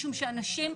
משום שהאנשים,